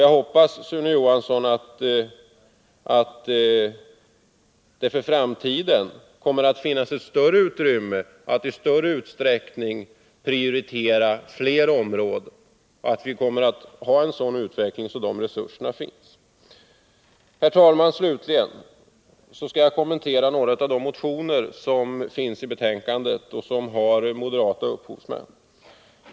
Jag hoppas, Sune Johansson, att det för framtiden kommer att finnas ett större utrymme och därmed större möjligheter att prioritera fler områden, dvs. att vi kommer att få en sådan utveckling att vi har erforderliga resurser. Herr talman! Jag skall slutligen kommentera några av de motioner som behandlas i betänkandet och som har moderata upphovsmän.